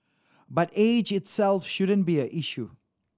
but age itself shouldn't be an issue